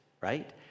right